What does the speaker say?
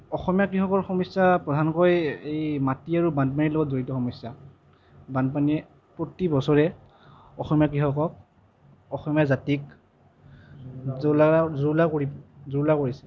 অসমীয়া কৃষকৰ সমস্যা প্ৰধানকৈ এই মাটি আৰু বানপানীৰ লগত জড়িত সমস্যা বানপানীয়ে প্ৰতি বছৰে অসমীয়া কৃষকক অসমীয়া জাতিক জুৰুলা কৰিছে